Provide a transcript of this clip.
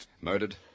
Murdered